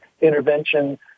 intervention